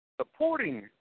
supporting